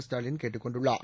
ஸ்டாலின் கேட்டுக் கொண்டுள்ளார்